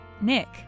Nick